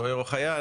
סוהר או חייל,